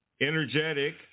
energetic